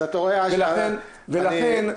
לכן,